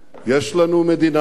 יש לנו מדינה אחת,